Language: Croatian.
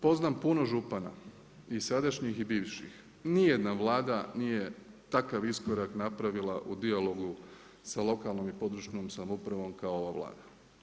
Poznam puno župana i sadašnjih i bivših, ni jedna Vlada nije takav iskorak napravila u dijalogu sa lokalnom i područnom samoupravom kao ova Vlada.